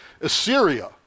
Assyria